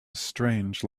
strange